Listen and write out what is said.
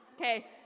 okay